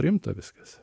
rimta viskas